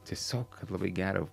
tiesiog kad labai gera